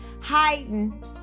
hiding